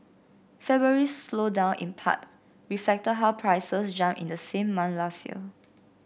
February's slowdown in part reflected how prices jumped in the same month last year